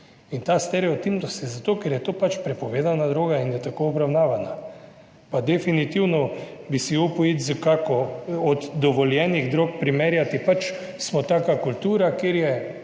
In ta stereotipnost, zato ker je to pač prepovedana droga in je tako obravnavana pa definitivno bi si upal iti s kako od dovoljenih drog primerjati. Pač smo taka kultura, kjer je